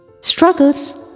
Struggles